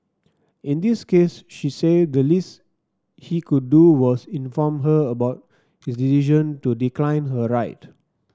in this case she said the least he could do was inform her about his decision to decline her ride